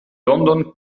london